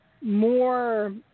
more